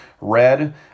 Red